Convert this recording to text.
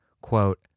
quote